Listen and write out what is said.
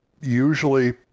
usually